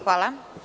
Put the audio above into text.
Hvala.